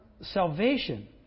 salvation